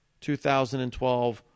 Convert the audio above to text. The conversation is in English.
2012